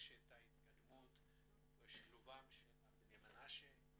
יש את ההתקדמות בשילובם של בני מנשה?